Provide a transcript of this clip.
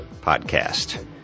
podcast